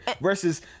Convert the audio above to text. Versus